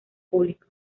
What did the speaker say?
público